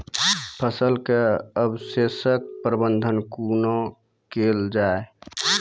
फसलक अवशेषक प्रबंधन कूना केल जाये?